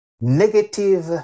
Negative